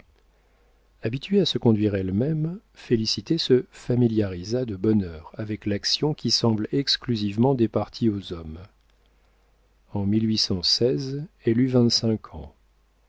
habituée à se conduire elle-même félicité se familiarisa de bonne heure avec l'action qui semble exclusivement départie aux hommes en elle eut vingt-cinq ans